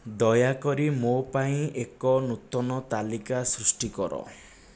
ଦୟାକରି ମୋ ପାଇଁ ଏକ ନୂତନ ତାଲିକା ସୃଷ୍ଟି କର